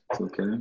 okay